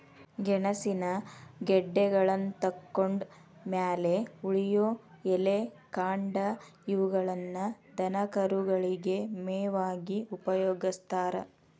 ಗೆಣಸಿನ ಗೆಡ್ಡೆಗಳನ್ನತಕ್ಕೊಂಡ್ ಮ್ಯಾಲೆ ಉಳಿಯೋ ಎಲೆ, ಕಾಂಡ ಇವುಗಳನ್ನ ದನಕರುಗಳಿಗೆ ಮೇವಾಗಿ ಉಪಯೋಗಸ್ತಾರ